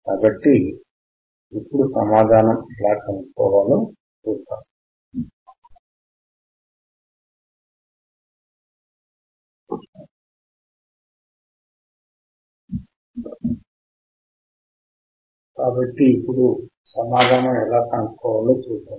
కాబట్టి ఇప్పుడు సమాధానం ఎలా కనుక్కోవాలో చూద్దాం